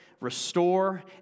restore